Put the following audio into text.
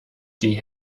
die